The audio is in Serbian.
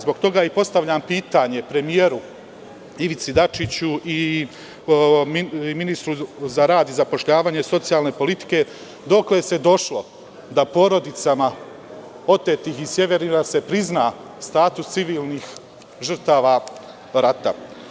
Zbog toga i postavljam pitanje premijeru Ivici Dačiću i ministru za rad i zapošljavanje, socijalne politike – dokle se došlo da porodicama otetih iz Sjeverina se prizna status civilnih žrtava rata?